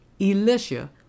Elisha